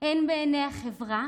הן בעיני החברה